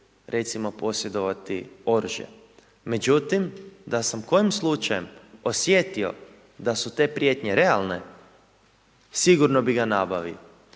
recimo posjedovati oružje. Međutim, da sam kojim slučajem osjetio da su te prijetnje realne, sigurno bi ga nabavio.